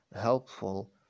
helpful